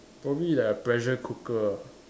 probably like a pressure cooker